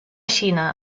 xina